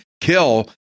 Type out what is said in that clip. kill